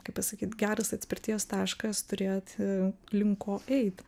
kaip pasakyt geras atspirties taškas turėti link ko eit